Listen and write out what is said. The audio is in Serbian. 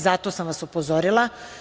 Zato sam vas upozorila.